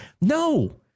No